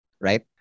Right